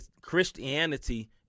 Christianity